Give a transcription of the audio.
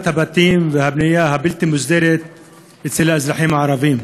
הבתים והבנייה הבלתי-מוסדרת אצל האזרחים הערבים,